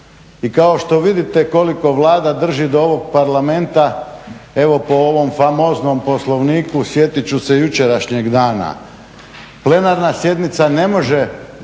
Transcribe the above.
I kao što vidite koliko Vlada drži do ovog Parlamenta evo po ovom famoznom Poslovniku sjetiti ću se jučerašnjeg dana. Plenarna sjednica ne može